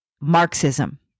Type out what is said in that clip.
Marxism